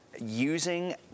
using